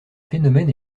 phénomène